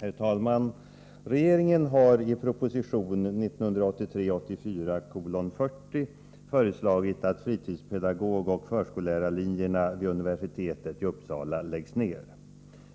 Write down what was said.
Herr talman! Regeringen har i proposition 1983/84:40 föreslagit att fritidspedagogoch förskollärarlinjerna vid universitetet i Uppsala läggs ned.